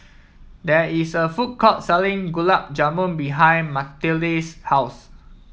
there is a food court selling Gulab Jamun behind Mathilde's house